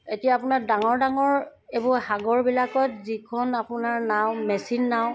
এতিয়া আপোনাৰ ডাঙৰ ডাঙৰ এইবোৰ সাগৰবিলাকত যিখন আপোনাৰ নাও মেচিন নাও